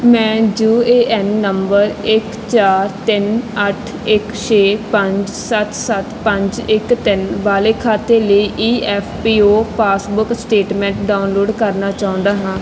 ਮੈਂ U A N number ਇੱਕ ਚਾਰ ਤਿੰਨ ਅੱਠ ਇੱਕ ਛੇ ਪੰਜ ਸੱਤ ਸੱਤ ਪੰਜ ਇੱਕ ਤਿੰਨ ਵਾਲੇ ਖਾਤੇ ਲਈ E F P O passbook statement download ਕਰਨਾ ਚਾਹੁੰਦਾ ਹਾਂ